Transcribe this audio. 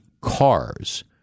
Cars